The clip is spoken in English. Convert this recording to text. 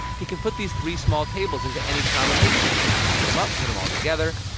he can put these three small tables into any combination split them up, put them all together.